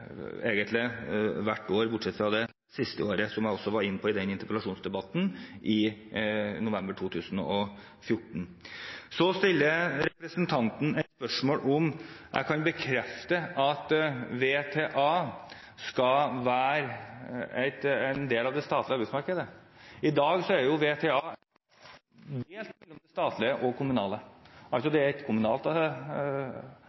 egentlig hvert år, bortsett fra det siste året, som jeg også var inne på i den interpellasjonsdebatten i november 2014. Så stiller representanten et spørsmål om jeg kan bekrefte at VTA skal være en del av det statlige arbeidsmarkedet. I dag er jo VTA delt mellom det statlige og det kommunale, det er altså delvis et kommunalt